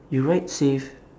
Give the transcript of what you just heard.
you ride safe